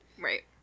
Right